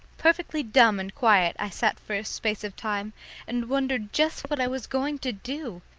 perfectly dumb and quiet i sat for a space of time and wondered just what i was going to do.